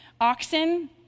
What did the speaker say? Oxen